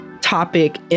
topic